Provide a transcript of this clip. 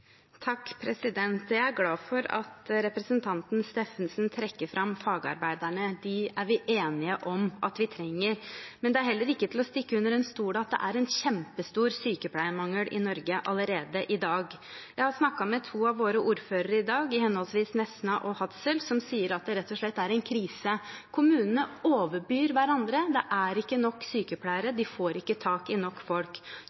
Jeg er glad for at representanten Steffensen trekker fram fagarbeiderne, dem er vi enige om at vi trenger. Men det er heller ikke til å stikke under stol at det er en kjempestor sykepleiermangel i Norge allerede i dag. Jeg har snakket med to av våre ordførere i henholdsvis Nesna og Hadsel i dag. De sier at det rett og slett er en krise. Kommunene overbyr hverandre, det er ikke nok sykepleiere, de får ikke tak i nok folk.